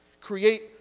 Create